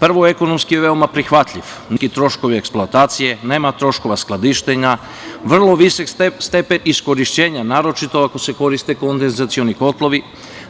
Prvo ekonomski je veoma prihvatljiv, niski troškovi eksploatacije, nema troškova skladištenja, vrlo visok stepen iskorišćenja, naročito ako se koriste kondezacioni kotlovi,